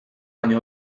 baino